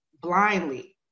blindly